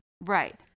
Right